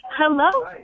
Hello